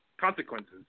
consequences